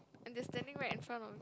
and they are standing right in front of